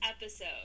episode